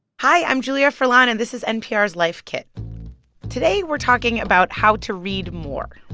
hi. i'm julia furlan. and this is npr's life kit today, we're talking about how to read more.